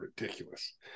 ridiculous